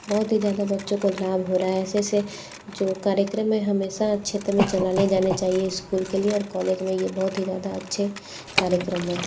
बहुत ही ज़्यादा बच्चों को लाभ हो रा है ऐसे ऐसे जो कार्यक्रम हमेशा क्षेत्र में चलाए जाने चाहिए स्कूल के लिए और कॉलेज में ये बहुत ही ज़्यादा अच्छे कार्यक्रम हैं